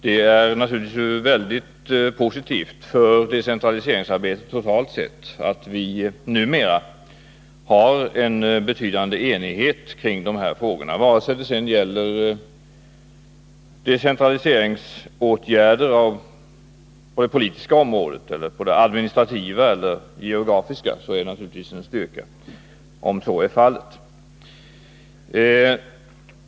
Det är naturligtvis väldigt positivt för decentraliseringsarbetet totalt sett att vi numera har en betydande enighet kring de här frågorna. Antingen de gäller decentraliseringsåtgärder på det politiska området eller på det administrativa eller på det geografiska, är det naturligtvis en styrka att så är fallet.